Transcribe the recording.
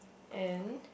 and